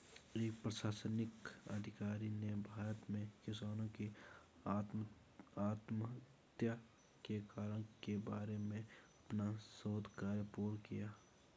एक प्रशासनिक अधिकारी ने भारत में किसानों की आत्महत्या के कारण के बारे में अपना शोध कार्य पूर्ण किया